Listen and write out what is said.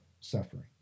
suffering